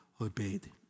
obeyed